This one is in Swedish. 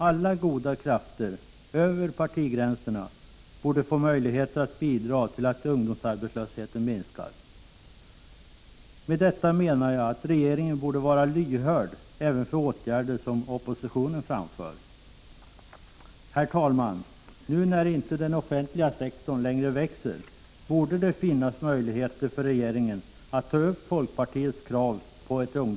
Alla goda krafter, över partigränserna, borde få möjligheter att bidra till att ungdomsarbetslösheten minskas. Med detta menar jag att regeringen borde vara lyhörd även för förslag till åtgärder som oppositionen framför. Herr talman! Nu när den offentliga sektorn inte längre växer borde det finnas möjligheter för regeringen att ta upp folkpartiets krav på ett Prot.